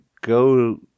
go